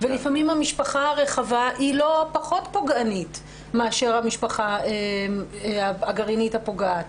ולפעמים המשפחה הרחבה לא פחות פוגענית מאשר המשפחה הגרעינית הפוגעת.